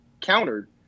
countered